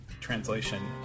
translation